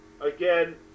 again